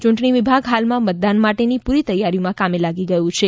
ચૂંટણી વિભાગ હાલમાં મતદાન માટેની પૂરી તૈયારીમાં કામે લાગી ગયું છે